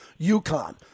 UConn